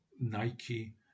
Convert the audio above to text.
Nike